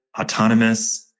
autonomous